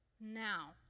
now